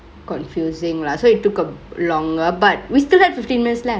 confusingk lah so he took a longker but we still had fifteen minutes left